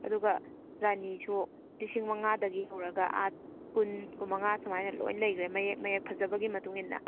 ꯑꯗꯨꯒ ꯔꯥꯅꯤꯁꯨ ꯂꯤꯁꯤꯡ ꯃꯉꯥꯗꯒꯤ ꯍꯧꯔꯒ ꯑꯥ ꯀꯨꯟ ꯀꯨꯟꯃꯉꯥ ꯁꯨꯃꯥꯏꯅ ꯂꯣꯏ ꯂꯩꯈ꯭ꯔꯦ ꯃꯌꯦꯛ ꯃꯌꯦꯛ ꯐꯖꯕꯒꯤ ꯃꯇꯨꯡ ꯏꯟꯅ